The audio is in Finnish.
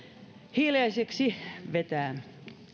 hiljaiseksi vetää